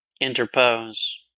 Interpose